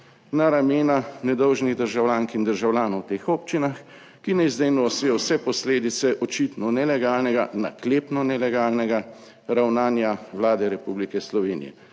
na ramena nedolžnih državljank in državljanov v teh občinah, ki naj zdaj nosijo vse posledice očitno nelegalnega, naklepno nelegalnega ravnanja Vlade Republike Slovenije.